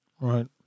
Right